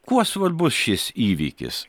kuo svarbus šis įvykis